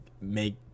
make